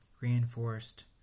reinforced